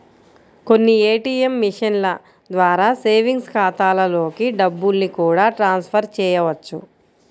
కొన్ని ఏ.టీ.యం మిషన్ల ద్వారా సేవింగ్స్ ఖాతాలలోకి డబ్బుల్ని కూడా ట్రాన్స్ ఫర్ చేయవచ్చు